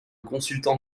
consultant